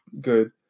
good